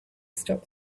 stop